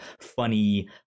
funny